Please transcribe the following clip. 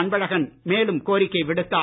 அன்பழகன் மேலும் கோரிக்கை விடுத்தார்